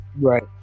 Right